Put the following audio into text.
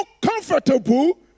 comfortable